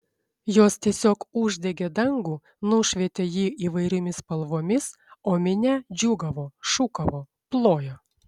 jos tiesiog uždegė dangų nušvietė jį įvairiomis spalvomis o minia džiūgavo šūkavo plojo